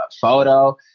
photo